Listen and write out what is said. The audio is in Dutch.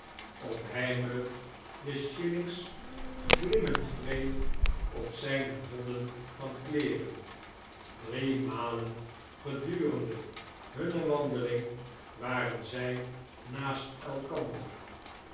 of heimelijk de shillings glimmend wreef op zijne vodden van kleeren drie malen gedurende hunne wandeling waren zij naast elkander